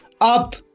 up